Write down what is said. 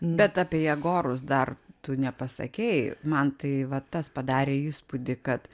bet apie jėgorus dar tu nepasakei man tai va tas padarė įspūdį kad